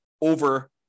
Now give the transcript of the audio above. over